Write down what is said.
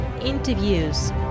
interviews